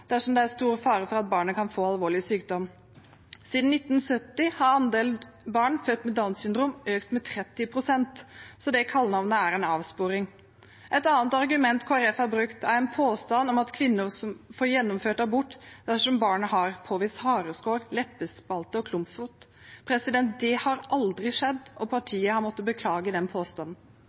dersom det er stor fare for at barnet kan få alvorlig sykdom. Siden 1970 har andelen barn født med Downs syndrom økt med 30 pst., så det kallenavnet er en avsporing. Et annet argument Kristelig Folkeparti har brukt, er en påstand om at kvinner får gjennomført abort dersom barnet har påvist hareskår, leppespalte og klumpfot. Det har aldri skjedd, og partiet har måttet beklage den påstanden.